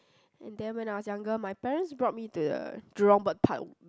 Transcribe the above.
and then when I was younger my parents brought me to the Jurong-Bird-Park